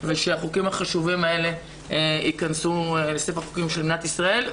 ושהחוקים החשובים האלה ייכנסו לספר החוקים של מדינת ישראל.